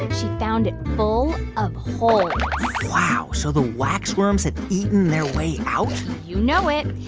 she found it full of holes wow. so the wax worms had eaten their way out? you know it.